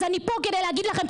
אז אני פה כדי להגיד לכם,